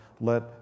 let